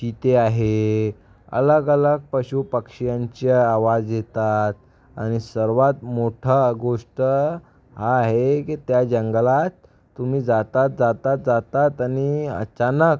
चिते आहे अलगअलग पशुपक्ष्यांचे आवाज येतात आणि सर्वात मोठा गोष्ट हा आहे की त्या जंगलात तुम्ही जातात जातात जातात आणि अचानक